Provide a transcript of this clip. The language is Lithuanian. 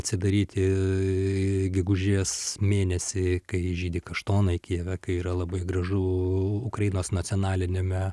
atsidaryti gegužės mėnesį kai žydi kaštonai kijeve kai yra labai gražu ukrainos nacionaliniame